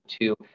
two